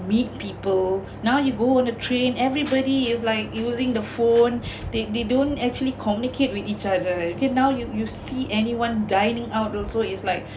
meet people now you go on a train everybody is like using the phone they they don't actually communicate with each other okay now now you you see anyone dining out also is like